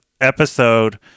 episode